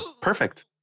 perfect